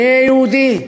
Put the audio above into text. יהיה יהודי,